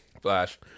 Flash